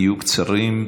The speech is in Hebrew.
תהיו קצרים.